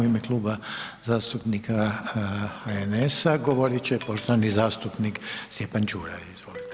U ime Kluba zastupnika HNS-a, govoriti će poštovani zastupnik Stjepan Čuraj.